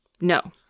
No